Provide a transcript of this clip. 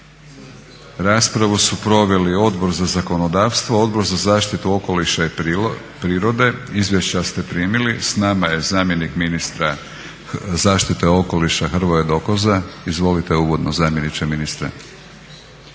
Raspravu su proveli Odbor za zakonodavstvo, Odbor za zaštitu okoliša i prirode. Izvješća ste primili. S nama je zamjenik ministra zaštite okoliša Hrvoje Dokoza. Izvolite uvodno zamjeniče ministra.